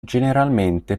generalmente